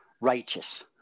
righteous